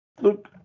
Look